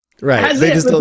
Right